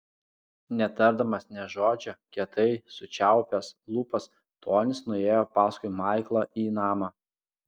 netardamas nė žodžio kietai sučiaupęs lūpas tonis nuėjo paskui maiklą į namą